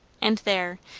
and there,